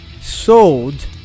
sold